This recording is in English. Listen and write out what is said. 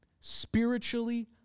spiritually